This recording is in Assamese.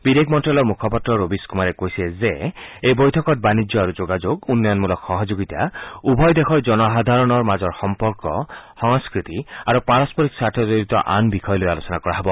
বিদেশ মন্ত্যালয়ৰ মুখপাত্ৰ ৰবিছ কুমাৰে কৈছে যে এই বৈঠকত বাণিজ্য আৰু যোগাযোগ উন্নয়নমূলক সহযোগিতা উভয় দেশৰ জনসাধাৰণৰ মাজৰ সম্পৰ্ক সংস্কৃতি আৰু পাৰস্পৰিক স্বাৰ্থজড়িত আন বিষয় লৈ আলোচনা কৰা হ'ব